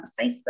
Facebook